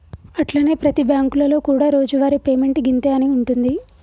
అట్లనే ప్రతి బ్యాంకులలో కూడా రోజువారి పేమెంట్ గింతే అని ఉంటుంది